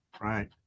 Right